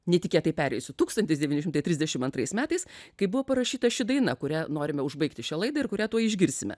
netikėtai pereisiu tūkstantis devyni šimtai trisdešimt antrais metais kai buvo parašyta ši daina kurią norime užbaigti šią laidą ir kurią tuoj išgirsime